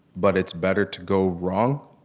but it's better to go wrong,